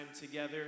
together